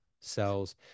cells